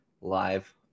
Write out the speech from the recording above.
live